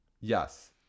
Yes